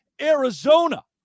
Arizona